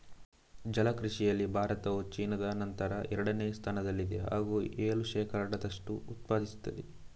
ಜಲ ಕೃಷಿಯಲ್ಲಿ ಭಾರತವು ಚೀನಾದ ನಂತರ ಎರಡನೇ ಸ್ಥಾನದಲ್ಲಿದೆ ಹಾಗೂ ಏಳು ಶೇಕಡದಷ್ಟು ಉತ್ಪಾದಿಸುತ್ತದೆ